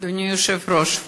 אדוני היושב-ראש,